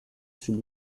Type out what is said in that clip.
sous